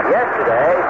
Yesterday